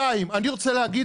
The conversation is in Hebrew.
אני רוצה להגיד